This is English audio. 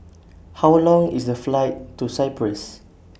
How Long IS The Flight to Cyprus